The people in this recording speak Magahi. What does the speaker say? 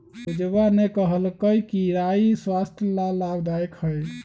पूजवा ने कहल कई कि राई स्वस्थ्य ला लाभदायक हई